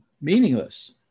meaningless